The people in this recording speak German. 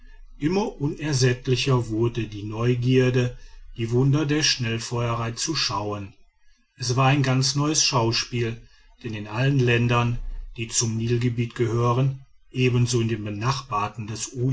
immer unersättlicher wurde die neugierde die wunder der schnellfeuerei zu schauen es war ein ganz neues schauspiel denn in allen ländern die zum nilgebiet gehören ebenso in den benachbarten des